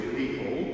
people